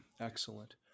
Excellent